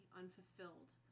unfulfilled